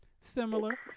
similar